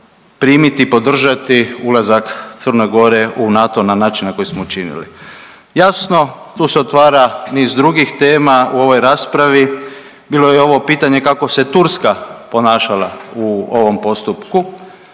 primiti i podržati ulazak Crne Gore u NATO na način na koji smo učinili. Jasno tu se otvara niz drugih tema u ovoj raspravi, bilo je i ovo pitanje kako se Turska ponašala u ovom postupku.